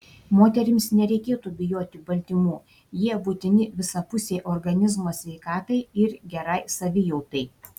moterims nereikėtų bijoti baltymų jie būtini visapusei organizmo sveikatai ir gerai savijautai